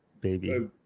baby